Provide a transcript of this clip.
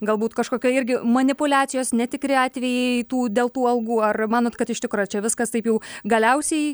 galbūt kažkokio irgi manipuliacijos netikri atvejai tų dėl tų algų ar manot kad iš tikro čia viskas taip jau galiausiai